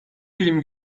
film